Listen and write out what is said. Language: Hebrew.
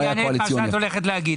אני אענה את מה שאת הולכת להגיד.